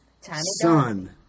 son